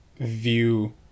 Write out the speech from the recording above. view